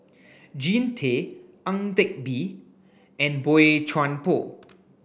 Jean Tay Ang Teck Bee and Boey Chuan Poh